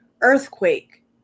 earthquake